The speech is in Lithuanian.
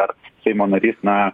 ar seimo narys na